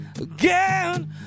again